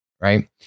right